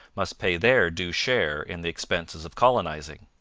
must pay their due share in the expenses of colonizing.